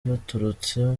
baturutse